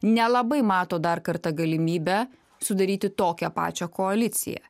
nelabai mato dar kartą galimybę sudaryti tokią pačią koaliciją